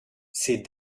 ces